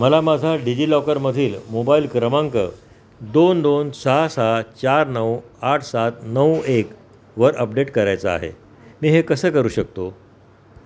मला माझा डिजिलॉकरमधील मोबाईल क्रमांक दोन दोन सहा सहा चार नऊ आठ सात नऊ एकवर अपडेट करायचा आहे मी हे कसं करू शकतो